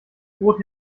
brot